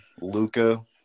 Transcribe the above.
Luca